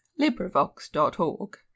LibriVox.org